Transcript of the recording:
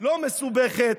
לא מסובכת.